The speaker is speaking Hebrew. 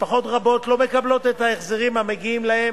משפחות רבות לא מקבלות את ההחזרים המגיעים להן